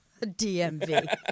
DMV